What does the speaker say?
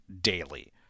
daily